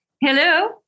Hello